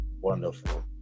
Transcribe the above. wonderful